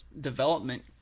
development